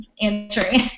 answering